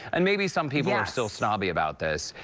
and maybe some people are still snobby about this,